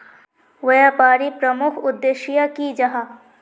व्यापारी प्रमुख उद्देश्य की जाहा?